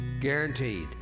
Guaranteed